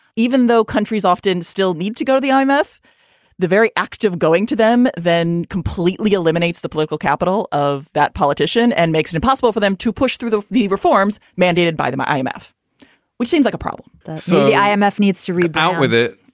even though countries often still need to go to the um imf. the very act of going to them then completely eliminates the political capital of that politician and makes it impossible for them to push through the the reforms mandated by the imf, which seems like a problem so the yeah imf needs to rebound with it.